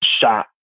shot